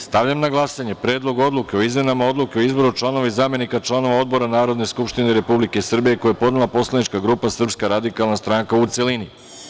Stavljam na glasanje Predlog odluke o izmenama Odluke o izboru članova i zamenika članova odbora Narodne skupštine Republike Srbije, koji je podnela poslanička grupa SRS, u celini.